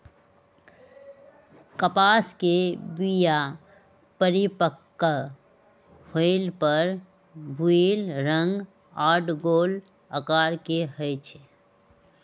कपास के बीया परिपक्व होय पर भूइल रंग आऽ गोल अकार के होइ छइ